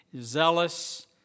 zealous